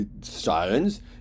science